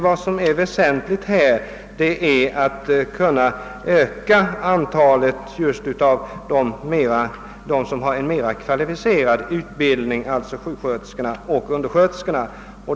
Vad som är väsentligt är att öka antalet personer med kvalificerad utbildning, alltså sjuksköterskor och undersköterskor.